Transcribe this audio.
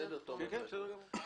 בסדר גמור.